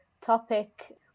topic